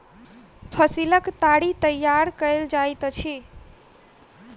फसीलक ताड़ी तैयार कएल जाइत अछि